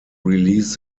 release